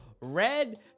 red